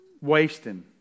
wasting